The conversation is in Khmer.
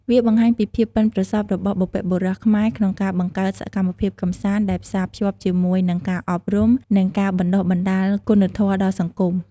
វាបង្ហាញពីភាពប៉ិនប្រសប់របស់បុព្វបុរសខ្មែរក្នុងការបង្កើតសកម្មភាពកម្សាន្តដែលផ្សារភ្ជាប់ជាមួយនឹងការអប់រំ និងការបណ្ដុះបណ្ដាលគុណធម៌ដល់សង្គម។